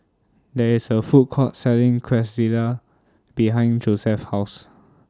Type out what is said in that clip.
There IS A Food Court Selling Quesadillas behind Josef's House